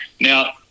Now